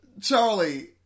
Charlie